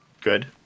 good